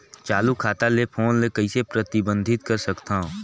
चालू खाता ले फोन ले कइसे प्रतिबंधित कर सकथव?